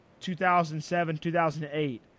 2007-2008